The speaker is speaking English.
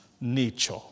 nature